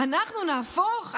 אנחנו נהפוך,